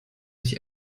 sich